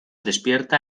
despierta